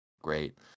great